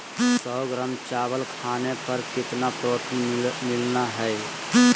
सौ ग्राम चावल खाने पर कितना प्रोटीन मिलना हैय?